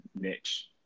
niche